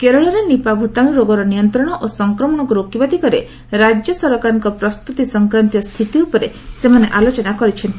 କେରଳରେ ନିପା ଭୂତାଣୁ ରୋଗର ନିୟନ୍ତ୍ରଣ ଓ ସଂକ୍ରମଣକୁ ରୋକିବା ଦିଗରେ ରାଜ୍ୟ ସରକାରଙ୍କ ପ୍ରସ୍ତୁତି ସଂକ୍ରାନ୍ତୀୟ ସ୍ଥିତି ଉପରେ ସେମାନେ ଆଲୋଚନା କରିଛନ୍ତି